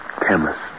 chemist